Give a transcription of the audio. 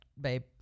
babe